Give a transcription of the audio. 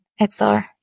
XR